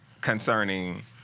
concerning